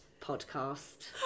podcast